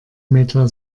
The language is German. meta